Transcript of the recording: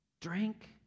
drink